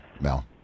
Mel